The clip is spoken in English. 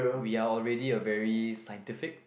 we are already a very scientific